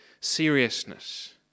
seriousness